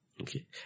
Okay